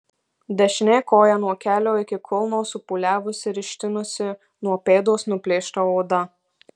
dešinė koja nuo kelio iki kulno supūliavusi ir ištinusi nuo pėdos nuplėšta oda